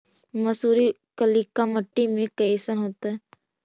मसुरी कलिका मट्टी में कईसन होतै?